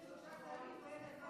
33 שרים ואין אחד במליאה.